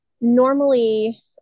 normally